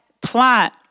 plot